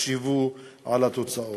תחשבו על התוצאות.